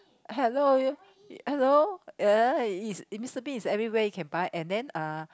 hello hello uh Mister-Bean is everywhere you can buy and then uh